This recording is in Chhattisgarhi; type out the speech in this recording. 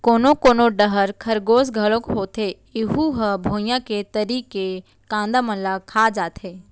कोनो कोनो डहर खरगोस घलोक होथे ऐहूँ ह भुइंया के तरी के कांदा मन ल खा जाथे